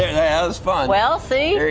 has fun well santa i